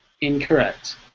Incorrect